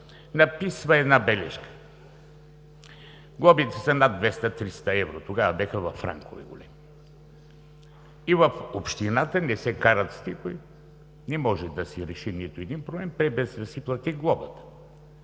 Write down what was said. написва една бележка. Глобите са над 200, 300 евро, тогава бяха във франкове. И в общината не се карат с никой. Не може да си реши нито един проблем без да си плати глобата.